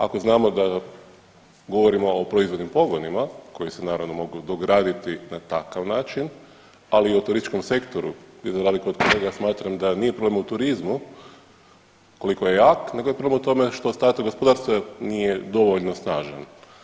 Ako znamo da govorimo o proizvodnim pogonima koji se, naravno, mogu dograditi na takav način, ali i o turističkom sektoru jer za razliku od kolega, smatram da nije problem u turizmu koliko je jak nego je problem u tome što ostatak gospodarstva nije dovoljno snažan.